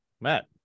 Matt